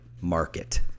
market